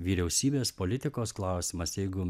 vyriausybės politikos klausimas jeigu